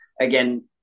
again